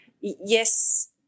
yes